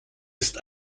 ist